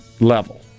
level